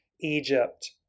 Egypt